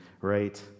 right